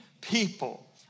people